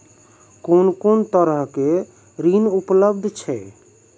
कून कून तरहक ऋण उपलब्ध छै?